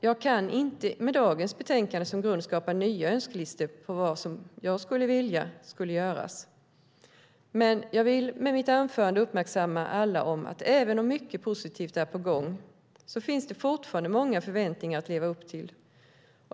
Jag kan inte med dagens betänkande som grund skapa nya önskelistor på vad jag anser borde göras. Men jag vill med mitt anförande uppmärksamma alla på att även om mycket positivt är på gång finns det fortfarande många förväntningar att leva upp till.